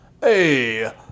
hey